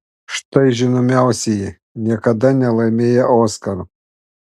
štai žinomiausieji niekada nelaimėję oskaro